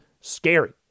scary